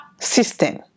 system